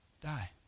Die